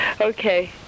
Okay